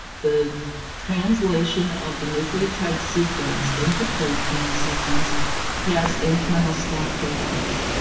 the translation of the nucleotide sequence into protein sequence has internal stop codons.